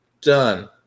done